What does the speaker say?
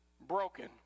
broken